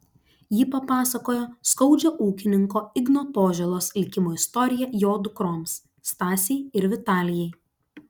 ji papasakojo skaudžią ūkininko igno požėlos likimo istoriją jo dukroms stasei ir vitalijai